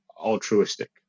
altruistic